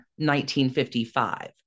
1955